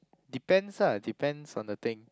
depends ah depends on the thing